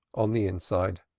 on the inside.